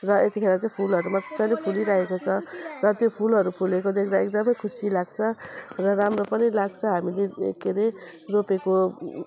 र यतिखेर चाहिँ फुलहरू मजाले फुलिरहेको छ र त्यो फुलहरू फुलेको देख्दा एकदमै खुसी लाग्छ र राम्रो पनि लाग्छ हामीले के रे रोपेको